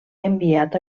enviat